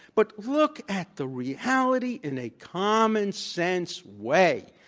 but look at the reality in a common sense way.